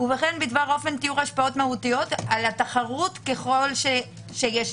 וכן בדבר אופן תיאור השפעות מהותיות על התחרות ככל שישנן.